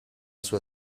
sua